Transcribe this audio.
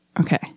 Okay